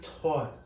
taught